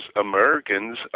Americans